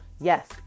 Yes